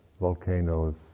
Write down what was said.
volcanoes